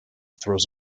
throws